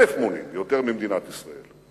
אלף מונים מאשר עשתה ממדינת ישראל,